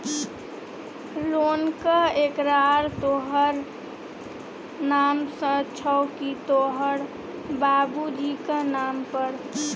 लोनक एकरार तोहर नाम सँ छौ की तोहर बाबुजीक नाम पर